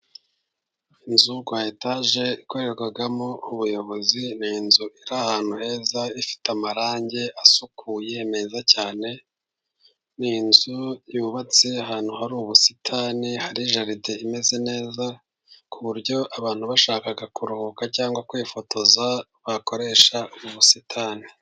Inzu ya etage yakorerwamo ubuyobozi, ni inzu iri ahantu heza, ifite amarangi asukuye meza cyane, ni inzu yubatse ahantu hari ubusitani, hari jaride imeze neza, ku buryo abantu bashaka kuruhuka cyangwa kwifotoza bakoresha ubu busitani.